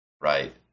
right